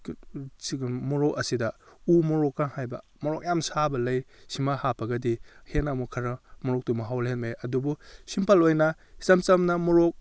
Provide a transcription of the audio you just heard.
ꯁꯤꯒ ꯃꯣꯔꯣꯛ ꯑꯁꯤꯗ ꯎꯃꯣꯔꯣꯛꯀ ꯍꯥꯏꯕ ꯃꯣꯔꯣꯛ ꯌꯥꯝꯅ ꯁꯥꯕ ꯂꯩ ꯁꯤꯃ ꯍꯥꯞꯄꯒꯗꯤ ꯍꯦꯟꯅ ꯑꯃꯨꯛ ꯈꯔ ꯃꯣꯔꯣꯛꯇꯨ ꯃꯍꯥꯎ ꯂꯩꯍꯟꯕ ꯌꯥꯏ ꯑꯗꯨꯕꯨ ꯁꯤꯝꯄꯜ ꯑꯣꯏꯅ ꯏꯆꯝ ꯆꯝꯅ ꯃꯣꯔꯣꯛ